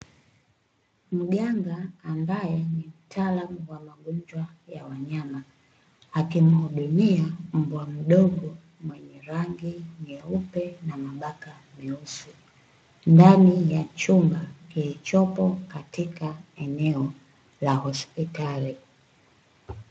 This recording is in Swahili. Mganga ambaye ni mtaalamu wa magonjwa ya wanyama, akimhudumia mbwa mdogo mwenye rangi nyeupe na mabaka meusi, ndani ya chumba kilichopo katika eneo la hospitali.